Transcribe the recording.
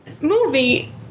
Movie